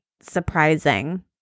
surprising